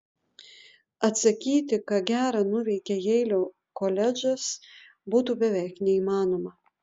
atsakyti ką gera nuveikė jeilio koledžas būtų beveik neįmanoma